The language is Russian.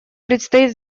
предстоит